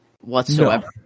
whatsoever